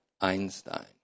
Einstein